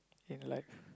in life